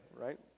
right